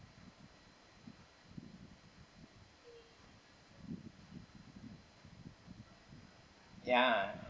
ya